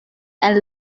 and